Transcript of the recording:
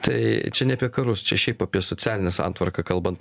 tai čia ne apie karus čia šiaip apie socialinę santvarką kalbant